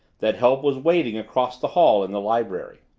that help was waiting across the hall in the library.